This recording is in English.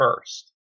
first